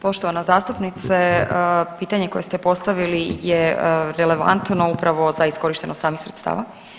Poštovana zastupnice, pitanje koje ste postavili je relevantno upravo za iskorištenost samih sredstava.